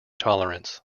tolerance